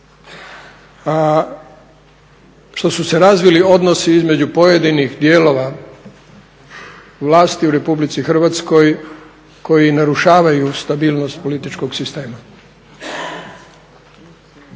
što su se razvili odnosi između pojedinih dijelova vlasti u RH koji narušavaju stabilnost političkog sistema.